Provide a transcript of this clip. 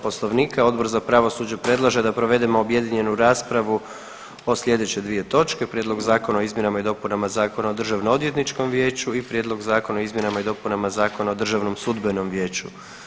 Poslovnika Odbor za pravosuđe predlaže da provedemo objedinjenu raspravu o slijedeće dvije točke, Prijedlog Zakona o izmjenama i dopunama Zakona o Državnom odvjetničkom vijeću i Prijedlog Zakona o izmjenama i dopunama Zakona o Državnom sudbenom vijeću.